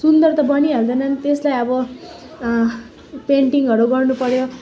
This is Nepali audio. सुन्दर त बनिहाल्दैन नि त्यसलाई अब पेन्टिङहरू गर्नुपऱ्यो